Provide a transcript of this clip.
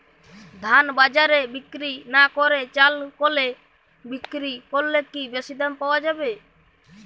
ধান বাজারে বিক্রি না করে চাল কলে বিক্রি করলে কি বেশী দাম পাওয়া যাবে?